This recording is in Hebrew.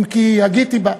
אם כי הגיתי בה.